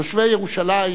תושבי ירושלים